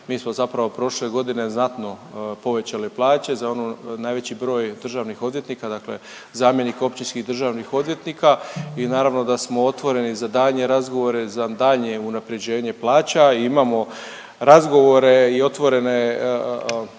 Mi smo zapravo prošle godine znatno povećali plaće za ono…, najveći broj državnih odvjetnika, dakle zamjenika općinskih i državnih odvjetnika i naravno da smo otvoreni za daljnje razgovore, za daljnje unaprjeđenje plaća i imamo razgovore i otvorene